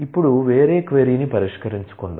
ఇప్పుడు వేరే క్వరీను పరిష్కరించుకుందాం